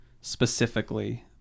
specifically